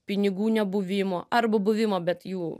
pinigų nebuvimo arba buvimo bet jų